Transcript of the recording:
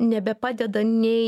nebepadeda nei